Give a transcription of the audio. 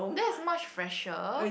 that is much fresher